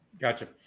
Gotcha